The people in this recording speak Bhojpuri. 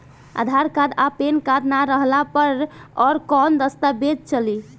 आधार कार्ड आ पेन कार्ड ना रहला पर अउरकवन दस्तावेज चली?